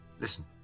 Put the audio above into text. Listen